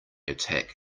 attack